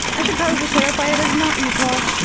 i should probably clarify it as not you, paul.